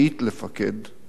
מתוך הבטחה